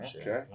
Okay